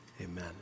amen